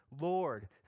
Lord